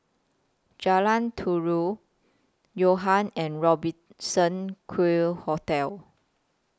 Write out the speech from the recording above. Jalan Yo Ha and Robertson Quay Hotel